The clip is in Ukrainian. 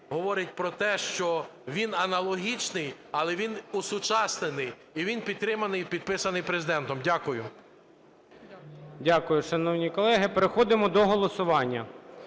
говорить про те, що він аналогічний, але він осучаснений, і він підтриманий, підписаний Президентом. Дякую. ГОЛОВУЮЧИЙ. Дякую. Шановні колеги, переходимо до голосування.